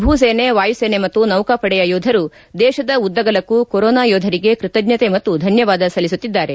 ಭೂಸೇನೆ ವಾಯುಸೇನೆ ಮತ್ತು ನೌಕಾಪಡೆಯ ಯೋಧರು ದೇಶದ ಉದ್ದಗಲಕ್ಕೂ ಕೊರೋನಾ ಯೋಧರಿಗೆ ಕೃತಜ್ಞತೆ ಮತ್ತು ಧನ್ದವಾದ ಸಲ್ಲಿಸುತ್ತಿದ್ದಾರೆ